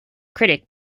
critic